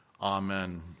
Amen